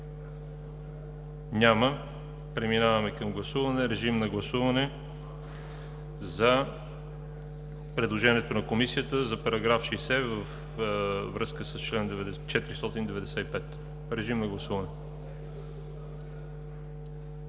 Няма. Преминаваме към гласуване. Режим на гласуване за предложението на Комисията за § 60 във връзка с чл. 495. Гласували